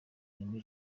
kuri